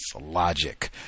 logic